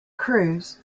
cruz